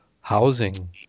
housing